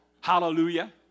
hallelujah